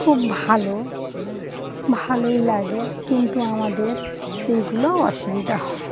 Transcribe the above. খুব ভালো ভালোই লাগে কিন্তু আমাদের এইগুলো অসুবিধা হয়